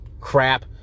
crap